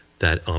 that